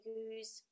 use